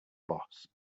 boss